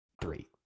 Three